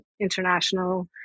international